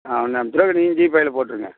ஆ உடனே அமுச்சிடுவோம் நீங்கள் ஜிபேயில் போட்டுடுங்க